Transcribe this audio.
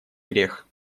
грех